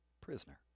prisoner